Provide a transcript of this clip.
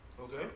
okay